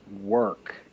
work